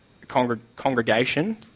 congregation